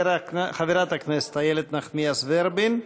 חברת הכנסת איילת נחמיאס ורבין,